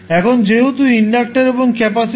এখন যেহেতু ইন্ডাক্টর এবং ক্যাপাসিটার